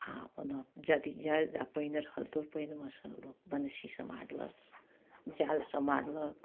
आ ओना यदि जादा पानि रहल तऽ पानिमे सँ लोक बंसी सँ मारलक जालसँ मारलक